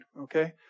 Okay